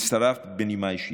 בנימה אישית,